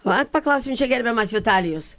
vat paklausim čia gerbiamas vitalijus